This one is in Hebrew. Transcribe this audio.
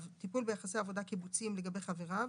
טיפול ביחסי עבודה קיבוציים לגבי חבריו,